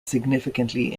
significantly